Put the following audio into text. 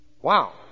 Wow